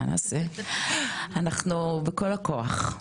אנחנו בכל הכוח עושות מה שצריך.